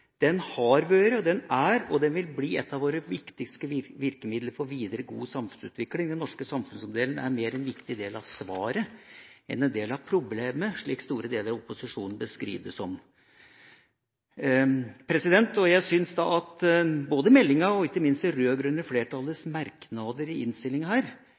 den rød-grønne regjeringa er ikke dette en hemsko og nærmest et problem for Norge framover. Tvert imot, dette har vært, er og vil bli et av våre viktigste virkemidler for videre god samfunnsutvikling. Den norske samfunnsmodellen er mer en viktig del av svaret enn en del av problemet, slik store deler av opposisjonen beskriver den som. Jeg syns både meldinga og ikke minst det rød-grønne flertallets merknader i innstillinga